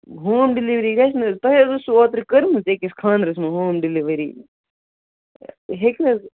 home delivery گژھِ نہٕ حظ تۄہہِ حظ ٲسوٕ اوترٕ کٔرمٕژ أکِس خانٛدرَس مںٛز ہوم ڈِلِؤری ہیٚکہِ نہٕ حظ